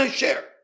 share